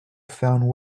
found